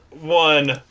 one